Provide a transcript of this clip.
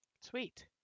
Sweet